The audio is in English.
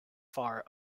far